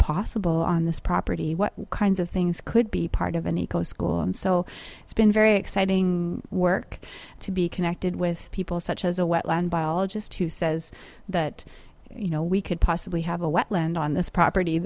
possible on this property what kinds of things could be part of an eco school and so it's been very exciting work to be connected with people such as a wetland biologist who says that you know we could possibly have a wetland on this property